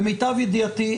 למיטב ידיעתי,